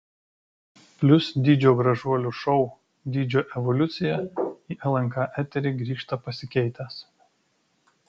plius dydžio gražuolių šou dydžio evoliucija į lnk eterį grįžta pasikeitęs